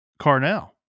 Carnell